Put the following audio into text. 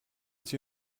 sie